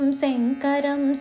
sankaram